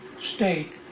State